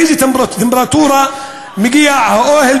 לאיזו טמפרטורה מגיע האוהל,